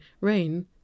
rain